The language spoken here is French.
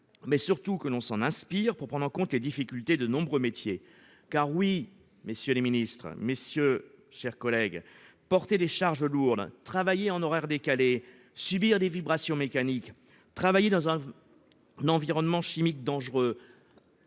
mais surtout que l'on s'en inspire pour prendre en compte les difficultés de nombreux métiers. Oui, monsieur le ministre, mes chers collègues, porter des charges lourdes, travailler en horaires décalés, subir des vibrations mécaniques, travailler dans un environnement chimique dangereux,